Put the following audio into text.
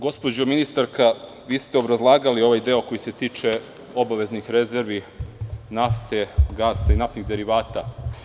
Gospođo ministarka, vi ste obrazlagali ovaj deo koji se tiče obaveznih rezervi nafte, gasa i naftnih derivata.